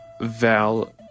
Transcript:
Val